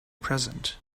present